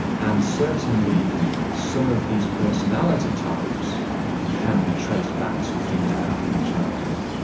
and certainly some of these personality types can be traced back to things that happen in childhood.